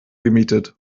gemietet